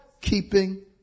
keeping